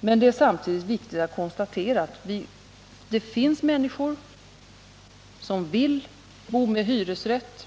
Men det är samtidigt viktigt att konstatera att det finns människor som vill bo med hyresrätt och